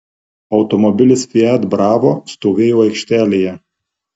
automobilis fiat bravo stovėjo aikštelėje